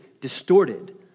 distorted